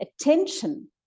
attention